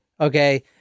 Okay